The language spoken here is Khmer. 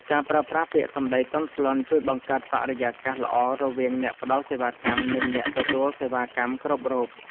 ការប្រើប្រាស់ពាក្យសម្ដីទន់ភ្លន់ជួយបង្កើតបរិយាកាសល្អរវាងអ្នកផ្ដល់សេវាកម្ម និងអ្នកទទួលសេវាកម្មគ្រប់រូប។